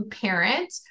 parent